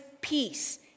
peace